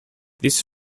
this